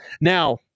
Now